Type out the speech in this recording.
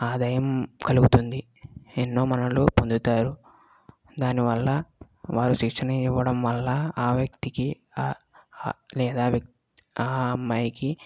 ఆదాయం కలుగుతుంది ఎన్నో మన్ననలు పొందుతారు దానివల్ల వారు శిక్షణ ఇవ్వడం వల్ల ఆ వ్యక్తికి లేదా ఆ అమ్మాయికి